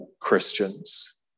Christians